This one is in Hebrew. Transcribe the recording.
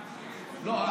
לא.